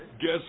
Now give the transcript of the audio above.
Guess